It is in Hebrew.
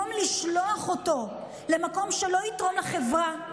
במקום לשלוח אותו למקום שלא יתרום לחברה,